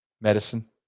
medicine